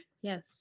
Yes